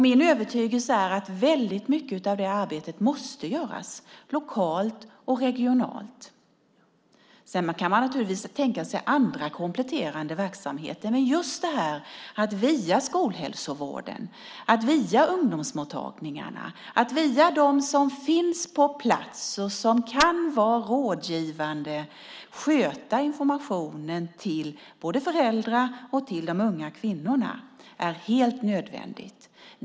Min övertygelse är att väldigt mycket av det arbetet måste göras lokalt och regionalt. Man kan naturligtvis tänka sig andra kompletterande verksamheter. Men just att via skolhälsovården, ungdomsmottagningarna och dem som finns på plats och som kan vara rådgivande sköta informationen till både föräldrar och de unga kvinnorna är helt nödvändigt.